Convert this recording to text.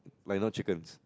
like you know chickens